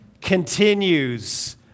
continues